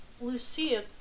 Lucia